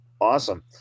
awesome